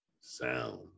sound